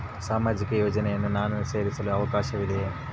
ಸಾಮಾಜಿಕ ಯೋಜನೆಯನ್ನು ನಾನು ಸೇರಲು ಅವಕಾಶವಿದೆಯಾ?